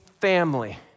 family